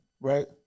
right